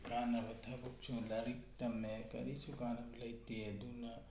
ꯀꯥꯟꯅꯕ ꯊꯕꯛꯁꯨ ꯂꯥꯏꯔꯤꯛ ꯇꯝꯃꯦ ꯀꯔꯤꯁꯨ ꯀꯥꯟꯅꯕ ꯂꯩꯇꯦ ꯑꯗꯨꯅ